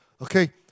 okay